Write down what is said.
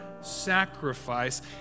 sacrifice